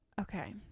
Okay